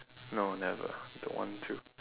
no never don't want to